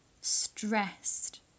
Stressed